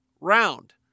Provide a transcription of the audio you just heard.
round